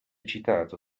citato